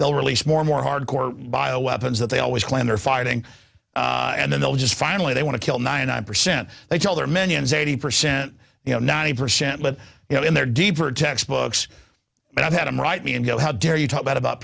they'll release more more hardcore bio weapons that they always claim they're fighting and then they'll just finally they want to kill ninety nine percent they tell their minions eighty percent you know ninety percent but you know in their deeper textbooks but i've had them write me and go how dare you talk bad about